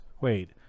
Wait